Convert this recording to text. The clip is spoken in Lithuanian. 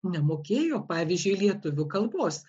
nemokėjo pavyzdžiui lietuvių kalbos